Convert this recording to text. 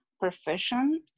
profession